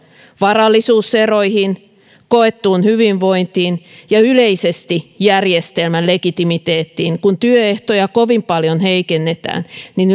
varallisuuseroihin koettuun hyvinvointiin ja yleisesti järjestelmän legitimiteettiin kun työehtoja kovin paljon heikennetään niin